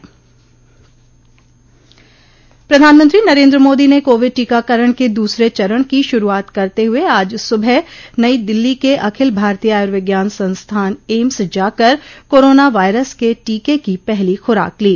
प्रधानमंत्री नरेन्द्र मोदी ने कोविड टीकाकरण के दूसरे चरण की शुरूआत करते हुए आज सुबह नई दिल्ली के अखिल भारतीय आयुर्विज्ञान संस्थान एम्स जाकर कोरोना वायरस के टीके की पहली खुराक ली